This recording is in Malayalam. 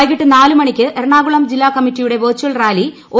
വൈകിട്ട് നാലുമണിക്ക് എറണാകുളം ജില്ലാ കമ്മിറ്റിയുടെ വെർച്ചൽ റാലി ഒ